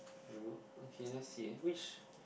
don't know okay let's see which